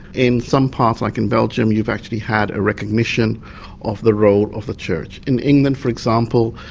in some parts like in belgium you've actually had a recognition of the role of the church. in england for example,